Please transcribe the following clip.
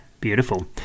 beautiful